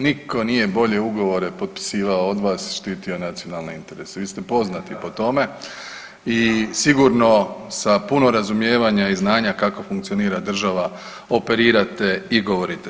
Nitko nije bolje ugovore potpisivao od vas, štitio nacionalne interese, vi ste poznati po tome i sigurno sa puno razumijevanja i znanja kako funkcionira država operirate i govorite.